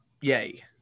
yay